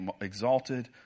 exalted